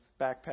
backpack